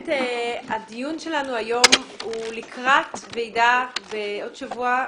הדיון שלנו היום הוא לקראת ועידה שתתקיים בעוד שבוע,